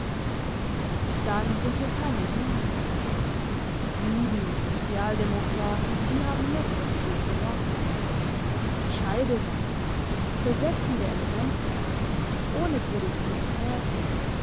und dann sind hier keine juden juden und sozialdemokraten die haben jetzt das grosse wort scheidewasser zersetzende elemente ohne produktivität